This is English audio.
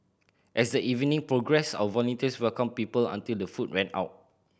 as the evening progressed our volunteers welcomed people until the food ran out